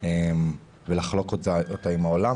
ולחלוק אותה עם העולם.